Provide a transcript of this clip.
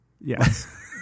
Yes